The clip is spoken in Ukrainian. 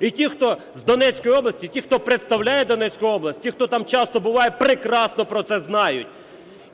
І ті, хто з Донецької області, ті, хто представляє Донецьку область, ті, хто там часто буває, прекрасно про це знають.